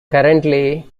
currently